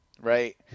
right